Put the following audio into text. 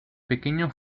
pequeño